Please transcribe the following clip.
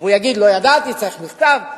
הוא יגיד: לא ידעתי, צריך מכתב?